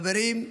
חברים,